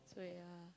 so yeah